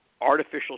artificial